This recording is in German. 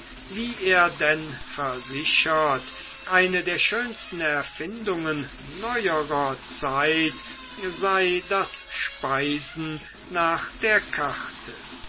wie er denn versichert eine der schönsten erfindungen neuerer zeit sei das speisen nach der karte